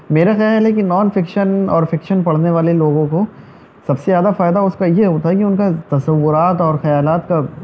میرا خیال ہے کہ نان فکشن اور فکشن پڑھنے والے لوگوں کو سب سے زیادہ فائدہ اس کا یہ ہوتا ہے کہ ان کا تصورات اور خیالات کا